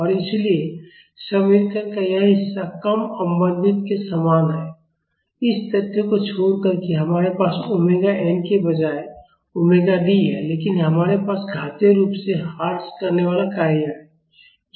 और इसलिए समीकरण का यह हिस्सा कम अवमन्दित के समान है इस तथ्य को छोड़कर कि हमारे पास ओमेगा एन के बजाय ओमेगा डी है लेकिन हमारे पास घातीय रूप से ह्रास करने वाला कार्य है जो इसे गुणा करता है